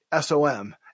SOM